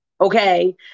Okay